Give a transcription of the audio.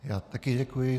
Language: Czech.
Já také děkuji.